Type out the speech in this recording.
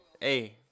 Hey